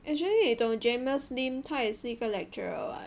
actually 你懂 jamus lim 他也是一个 lecturer [what]